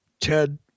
Ted